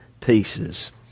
pieces